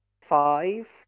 five